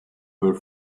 were